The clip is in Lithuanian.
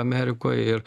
amerikoje ir